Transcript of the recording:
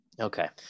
Okay